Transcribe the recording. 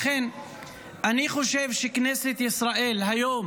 לכן אני חושב שלכנסת ישראל היום